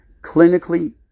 Clinically